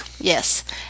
Yes